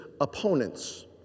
opponents